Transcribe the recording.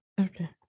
Okay